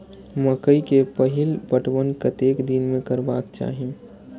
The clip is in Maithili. मकेय के पहिल पटवन कतेक दिन में करबाक चाही?